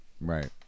Right